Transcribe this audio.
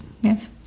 Yes